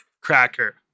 Cracker